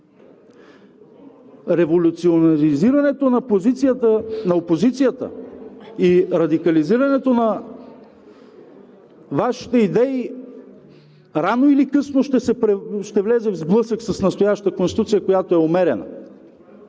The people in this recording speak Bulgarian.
Революционизирането на позицията на опозицията и радикализирането на Вашите идеи рано или късно ще влезе в сблъсък с настоящата конституция, която е умерена.